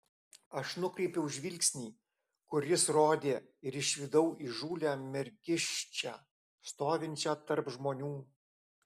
aš nukreipiau žvilgsnį kur jis rodė ir išvydau įžūlią mergiščią stovinčią tarp žmonių